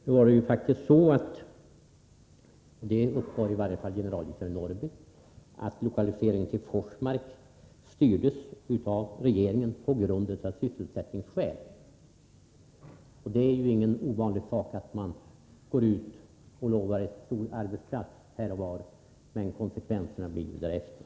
Det var faktiskt så — det uppgav i varje fall generaldirektör Norrby — att lokaliseringen till Forsmark styrdes av regeringen av sysselsättningsskäl. Det är ju ingenting ovanligt att man går ut och lovar en stor arbetsplats här och där, men konsekvenserna blir därefter.